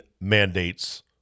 mandates